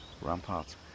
ramparts